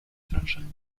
wrażenie